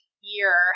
year